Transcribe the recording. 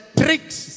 trick's